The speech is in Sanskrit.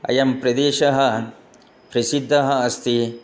अयं प्रदेशः प्रसिद्धः अस्ति